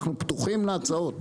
אנחנו פתוחים להצעות.